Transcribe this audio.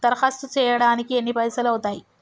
దరఖాస్తు చేయడానికి ఎన్ని పైసలు అవుతయీ?